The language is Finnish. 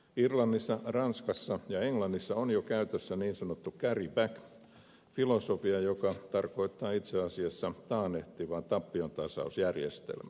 irlannissa ranskassa ja englannissa on jo käytössä niin sanottu carry back filosofia joka tarkoittaa itse asiassa taannehtivaa tappiontasausjärjestelmää